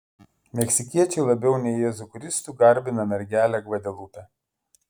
meksikiečiai labiau nei jėzų kristų garbina mergelę gvadelupę